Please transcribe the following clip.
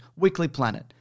weeklyplanet